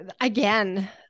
again